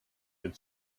did